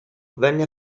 venne